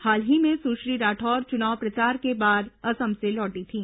हाल ही में सुश्री राठौर चुनाव प्रचार के बाद असम से लौटी थीं